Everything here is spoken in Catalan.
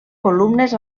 columnes